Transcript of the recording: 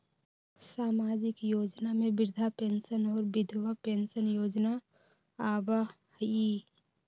सामाजिक योजना में वृद्धा पेंसन और विधवा पेंसन योजना आबह ई?